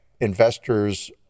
investors